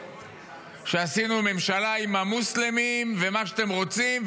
שעשינו ממשלה עם המוסלמים ומה שאתם רוצים,